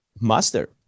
Master